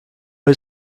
but